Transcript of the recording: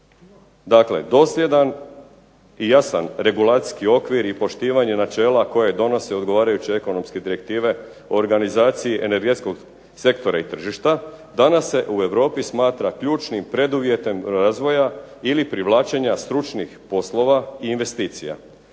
Dakle, dosljedan i jasan regulacijski okvir i poštivanje načela koje donose odgovarajuće ekonomske direktive organizaciji energetskog sektora i tržišta, danas se u Europi smatra ključnim preduvjetom razvoja ili privlačenja stručnih poslova i investicija.